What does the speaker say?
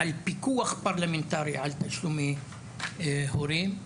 על פיקוח פרלמנטרי על תשלומי הורים.